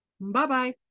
Bye-bye